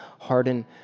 harden